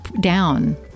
down